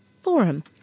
forum